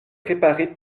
préparé